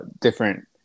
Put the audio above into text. different